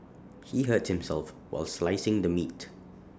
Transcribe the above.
he hurt himself while slicing the meat